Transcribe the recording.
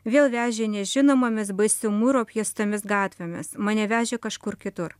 vėl vežė nežinomomis baisiu mūru apšviestomis gatvėmis mane vežė kažkur kitur